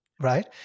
right